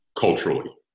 culturally